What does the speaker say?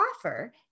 offer